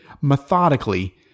methodically